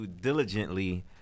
diligently